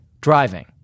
Driving